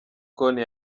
konti